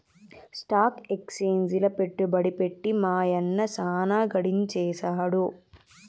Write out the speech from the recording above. stock ఎక్సేంజిల పెట్టుబడి పెట్టి మా యన్న సాన గడించేసాడు